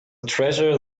treasure